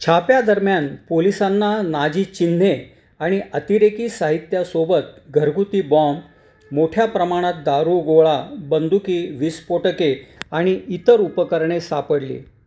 छाप्यादरम्यान पोलिसांना नाझी चिन्हे आणि अतिरेकी साहित्यासोबत घरगुती बॉम्ब मोठ्या प्रमाणात दारूगोळा बंदुकी विस्फोटके आणि इतर उपकरणे सापडली